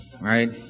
right